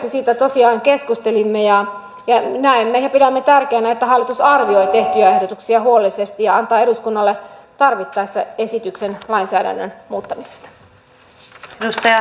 siitä tosiaan keskustelimme ja näemme ja pidämme tärkeänä että hallitus arvioi tehtyjä ehdotuksia huolellisesti ja antaa eduskunnalle tarvittaessa esityksen lainsäädännön muuttamisesta